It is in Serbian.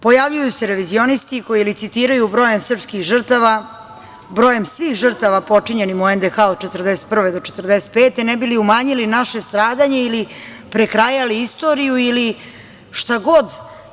Pojavljuju se revizionisti koji licitiraju brojem srpskih žrtava, brojem svih žrtava počinjenim u NDH od 1941. do 1945. godine ne bi li umanjili naše stradanje ili prekrajali istoriju ili šta god.